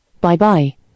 Bye-bye